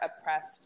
oppressed